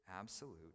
Absolute